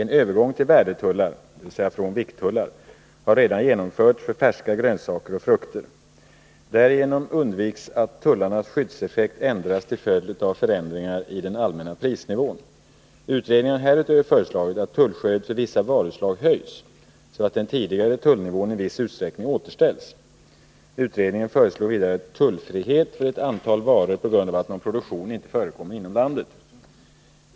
En övergång till värdetullar — dvs. från vikttullar — har redan genomförts för färska grönsaker och frukter. Därigenom undviks att tullarnas skyddseffekt ändras till följd av förändringar i den allmänna prisnivån. Utredningen har härutöver föreslagit att tullskyddet för vissa varuslag höjs så att den tidigare tullnivån i viss utsträckning återställs. 15 Utredningen föreslår vidare tullfrihet för ett antal varor på grund av att någon produktion inte förekommer inom landet.